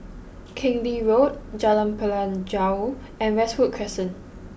Keng Lee Road Jalan Pelajau and Westwood Crescent